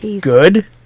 Good